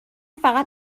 فقط